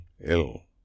ill